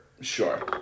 sure